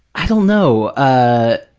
i don't know, ah